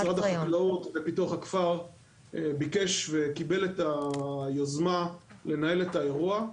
משרד החקלאות ופיתוח הכפר ביקש וקיבל את היוזמה לנהל את האירוע,